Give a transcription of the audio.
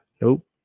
Nope